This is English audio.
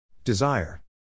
Desire